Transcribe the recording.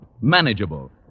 manageable